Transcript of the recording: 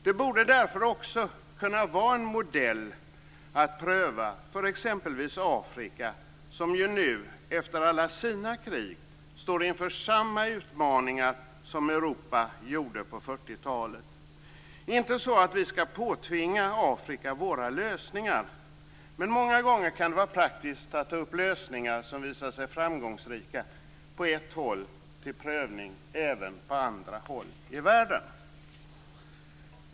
Det borde därför också kunna vara en modell att pröva för exempelvis Afrika, som nu efter alla sina krig står inför samma utmaningar som Europa gjorde på 1940-talet. Det är inte så att vi skall påtvinga Afrika våra lösningar, men det kan många gånger vara praktiskt att ta upp lösningar som visat sig framgångsrika på ett håll till prövning även på andra håll i världen.